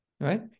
right